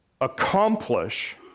accomplish